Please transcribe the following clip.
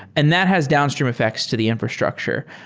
and that has downstream effects to the infrastructure.